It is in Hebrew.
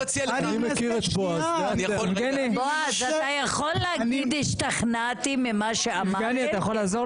בועז, אתה יכול להגיד השתכנעתי ממה שאמרתם?